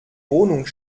wohnung